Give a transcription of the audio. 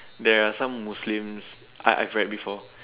there are some Muslims I I've read before